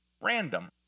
random